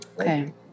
Okay